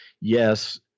yes